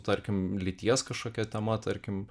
tarkim lyties kažkokia tema tarkim